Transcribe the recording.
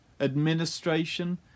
administration